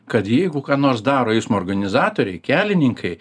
kad jeigu ką nors daro eismo organizatoriai kelininkai